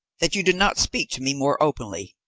that you do not speak to me more openly.